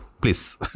Please